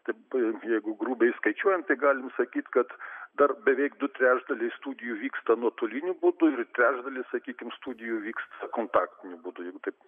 taip jeigu grubiai skaičiuojant tai galim sakyt kad dar beveik du trečdaliai studijų vyksta nuotoliniu būdu ir trečdalis sakykim studijų vyks kontaktiniu būdu jeigu taip